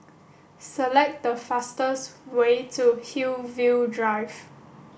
select the fastest way to Hillview Drive